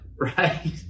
right